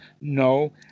no